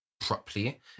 properly